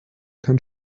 kann